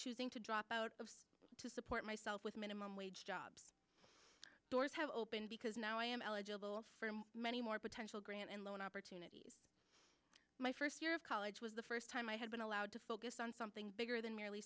choosing to drop out of to support myself with a minimum wage job doors have opened because now i am eligible for many more potential grant and loan opportunities my first year of college was the first time i had been allowed to focus on something bigger than merely